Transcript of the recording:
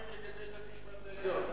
לא מדברים נגד בית-המשפט העליון.